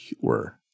pure